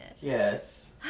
Yes